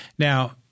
Now